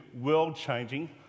world-changing